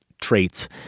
traits